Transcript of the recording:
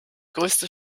größte